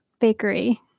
bakery